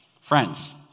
Friends